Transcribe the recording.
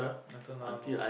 until now no